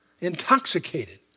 intoxicated